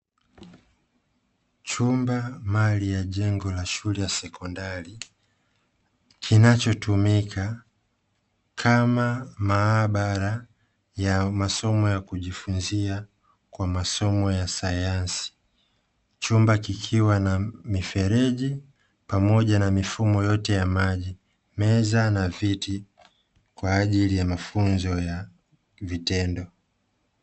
Chumba mali ya jengo la shule ya sekondari, kinachotumika kama maabara ya masomo ya kujifunzia kwa masomo ya sayansi. Chumba kikiwa na mifereji pamoja na mifumo yote ya maji, meza na viti kwa ajili ya mafuzo ya vitendo.